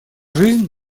жизнь